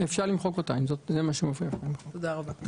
אם זה מה שמפריע, אפשר למחוק אותה.